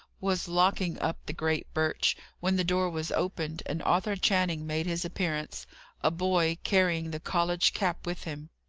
was locking up the great birch, when the door was opened, and arthur channing made his appearance a boy, carrying the college cap, with him.